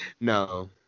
No